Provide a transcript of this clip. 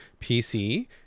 PC